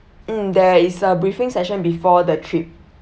mm there is a briefing session before the trip